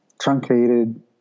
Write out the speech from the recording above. truncated